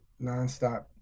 nonstop